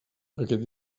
aquest